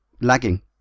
lagging